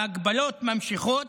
וההגבלות ממשיכות,